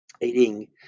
eating